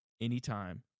anytime